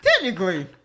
Technically